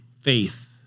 faith